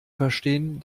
verstehen